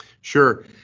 Sure